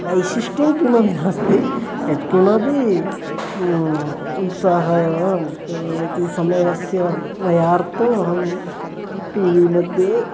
वैशिष्ट्यं किमपि नास्ति यत्किमपि उत्साहः एव इति समयस्य व्यर्थमहं टी वी मध्ये